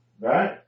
right